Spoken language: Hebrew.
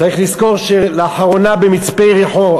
צריך לזכור שלאחרונה במצפה-יריחו,